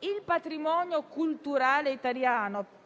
il patrimonio culturale italiano,